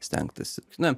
stengtasi na